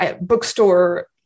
bookstore